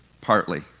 partly